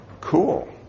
cool